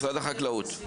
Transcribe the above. משרד החקלאות.